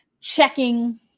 checking